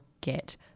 get